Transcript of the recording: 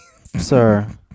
sir